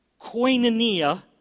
Koinonia